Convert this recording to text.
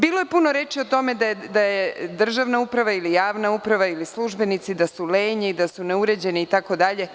Bilo je puno reči o tome da je državna uprava, ili javna uprava, ili službenici, da su lenji i da su neuređeni itd.